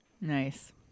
Nice